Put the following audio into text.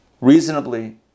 Reasonably